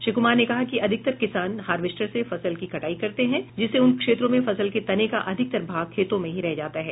श्री कुमार ने कहा कि अधिकतर किसान हार्वेस्टर से फसल की कटाई करते हैं जिससे उन क्षेत्रों में फसल के तने का अधिकतर भाग खेतों में ही रह जाता है